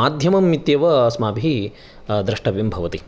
माध्यमम् इत्येव अस्माभिः द्रष्टव्यं भवति